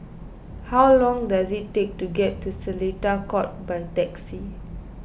how long does it take to get to Seletar Court by taxi